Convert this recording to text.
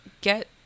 get